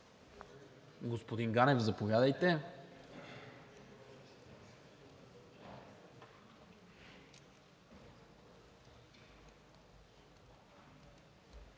Господин Ганев, заповядайте.